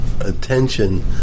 attention